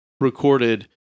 recorded